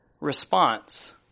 response